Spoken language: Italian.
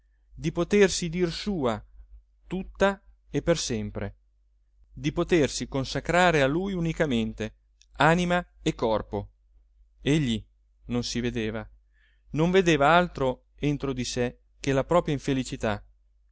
di potersi dir sua tutta e per sempre di potersi consacrare a lui unicamente anima e corpo egli non si vedeva non vedeva altro entro di sé che la propria infelicità